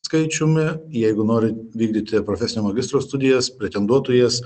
skaičiumi jeigu norite vykdyti profesinio magistro studijas pretenduotų jis